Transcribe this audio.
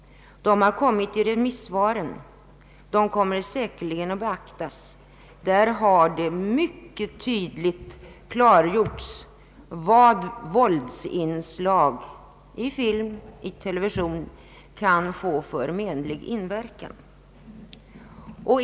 De har kommit med i remissvaren och blir säkerligen beaktade. I dessa utredningar har det mycket tydligt klargjorts vad våldsinslag i film och TV kan få för menlig inverkan.